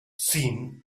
seen